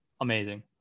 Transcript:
amazing